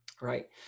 Right